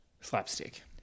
Slapstick